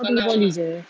aku rebond ni jer